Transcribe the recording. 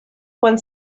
quan